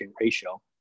ratio